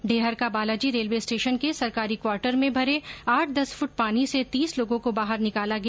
ढेहर का Balaji railway station के सरकारी क्वाटर्स में भरे आठ दस फुट पानी से तीस लोगों को बाहर निकाला गया